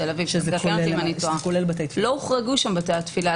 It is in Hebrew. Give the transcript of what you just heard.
ולא הוחרגו שם בתי התפילה.